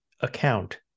account